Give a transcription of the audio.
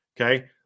okay